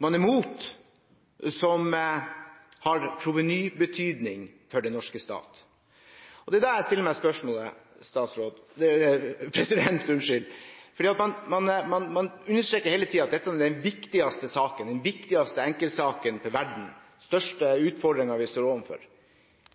man er imot som har provenybetydning for den norske stat. Og da stiller jeg meg spørsmålet: Man understreker hele tiden at dette er den viktigste enkeltsaken for verden, den største utfordringen vi står overfor.